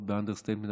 מאוד באנדרסטייטמנט,